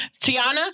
Tiana